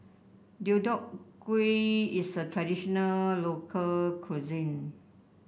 Deodeok Gui is a traditional local cuisine